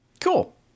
Cool